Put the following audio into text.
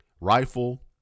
rifle